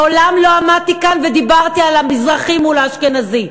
מעולם לא עמדתי כאן ודיברתי על המזרחי מול האשכנזי.